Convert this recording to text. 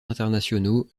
internationaux